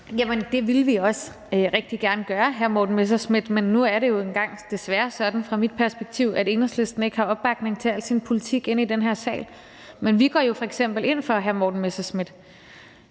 Jamen det ville vi også rigtig gerne gøre, hr. Morten Messerschmidt, men det er jo nu engang desværre sådan set fra mit perspektiv, at Enhedslisten ikke har opbakning til al sin politik inde i den her sal. Men vi går jo f.eks. ind for, hr. Morten Messerschmidt,